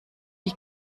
die